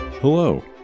Hello